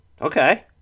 Okay